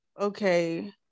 okay